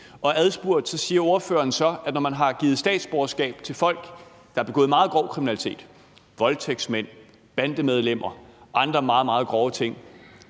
Og adspurgt siger ordføreren så, når man har givet statsborgerskab til folk, der har begået meget grov kriminalitet – voldtægt, bandekriminalitet og andre meget, meget grove ting: